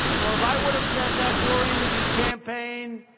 or if i would have said that during the campaign,